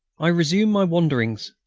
i resumed my wanderings.